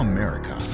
America